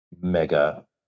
mega